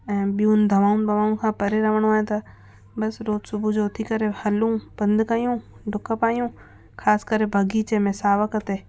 ऐं ॿियूं दवायूं ॿावाऊंन खां परे रहिणो आहे त बसि रोज सुबूह जो उथी करे हलूं पंधि कयूं ढुकु पायूं ख़ासि करे बगीचे में सावक ते